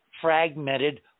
fragmented